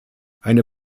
eine